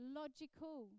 logical